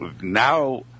Now